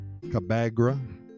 Cabagra